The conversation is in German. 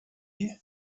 wie